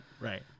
right